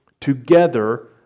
together